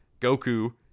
Goku